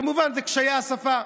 כמובן זה קשיי השפה.